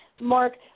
mark